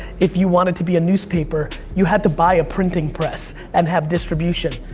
if you wanted to be a newspaper you had to buy a printing press and have distribution.